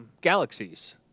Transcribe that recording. Galaxies